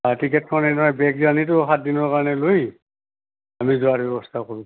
টিকেটখন এনে বেক জাৰ্ণিটো সাতদিনৰ কাৰণে লৈ আমি যোৱাৰ ব্যৱস্থা কৰোঁ